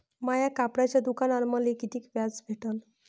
माया कपड्याच्या दुकानावर मले कितीक व्याज भेटन?